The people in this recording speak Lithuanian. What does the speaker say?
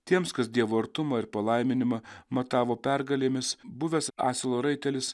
tiems kas dievo artumą ir palaiminimą matavo pergalėmis buvęs asilo raitelis